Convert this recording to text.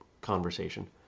conversation